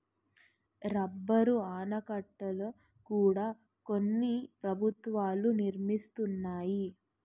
rubber ఆనకట్టల కూడా కొన్ని ప్రభుత్వాలు నిర్మిస్తున్నాయి